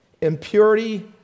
impurity